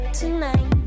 tonight